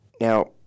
Now